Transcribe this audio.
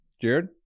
Jared